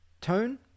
Tone